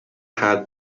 had